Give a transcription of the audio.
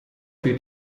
für